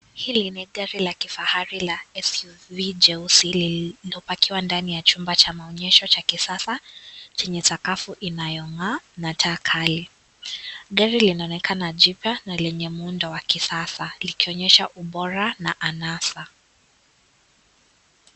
Hili ni gari la kifahari la SUV jeusi lililopakiwa ndani ya chumba cha maonyesho cha kisasa chenye sakafu inayongaa na taa kali. Gari linaonekana jipya na lenye muundo wa kisasa likionyesha bora na anasa.